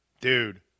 Dude